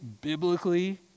biblically